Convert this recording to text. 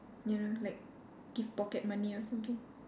ya like give pocket money or something